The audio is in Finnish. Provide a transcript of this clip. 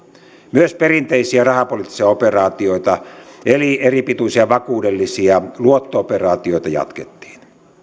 myös perinteisiä rahapoliittisia operaatioita eli eripituisia vakuudellisia luotto operaatioita jatkettiin